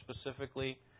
specifically